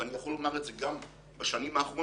ואני יכול לומר את זה גם בשנים האחרונות,